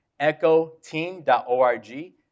echoteam.org